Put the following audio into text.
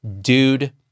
dude